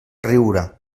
riure